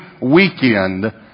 weekend